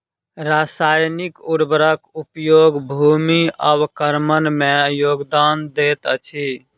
रासायनिक उर्वरक उपयोग भूमि अवक्रमण में योगदान दैत अछि